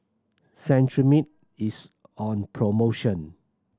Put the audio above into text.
Cetrimide is on promotion